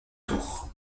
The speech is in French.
tour